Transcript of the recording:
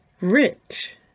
Rich